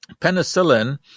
penicillin